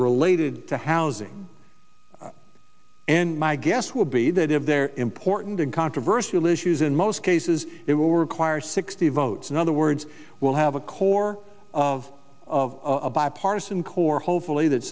related to housing and my guess will be that if they're important and controversial issues in most cases it will require sixty votes in other words will have a core of a bipartisan core hopefully that